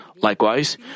Likewise